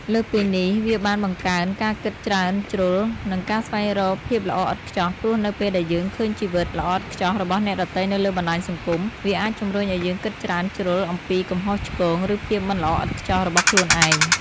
លើសពីនេះវាបានបង្កើនការគិតច្រើនជ្រុលនិងការស្វែងរកភាពល្អឥតខ្ចោះ ព្រោះនៅពេលដែលយើងឃើញជីវិត"ល្អឥតខ្ចោះ"របស់អ្នកដទៃនៅលើបណ្ដាញសង្គម វាអាចជំរុញឱ្យយើងគិតច្រើនជ្រុលអំពីកំហុសឆ្គង ឬភាពមិនល្អឥតខ្ចោះរបស់ខ្លួនឯង។